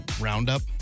Roundup